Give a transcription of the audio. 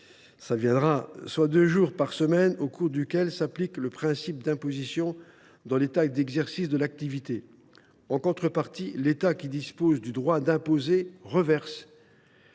travail, soit deux jours par semaine, au cours duquel s’applique le principe d’imposition dans l’État d’exercice de l’activité. En contrepartie, l’État qui dispose du droit d’imposer reverse